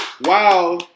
Wow